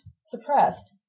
Suppressed